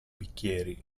bicchieri